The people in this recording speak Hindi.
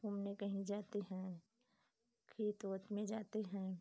घूमने कहीं जाते हैं खेत ओत में जाते हैं